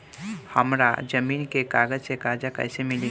हमरा जमीन के कागज से कर्जा कैसे मिली?